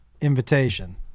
invitation